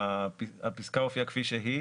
הפסקה הופיעה כפי שהיא,